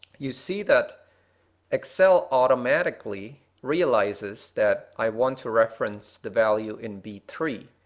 you see that excel automatically realizes that i want to reference the value in b three,